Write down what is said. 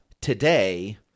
today